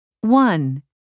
One